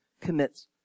commits